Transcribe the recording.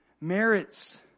merits